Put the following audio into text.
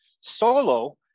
solo